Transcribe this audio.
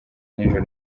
nijoro